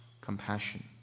compassion